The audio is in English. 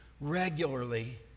regularly